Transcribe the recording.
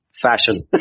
Fashion